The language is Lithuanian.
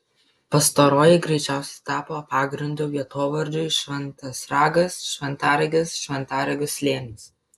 pastaroji greičiausiai tapo pagrindu vietovardžiui šventas ragas šventaragis šventaragio slėnis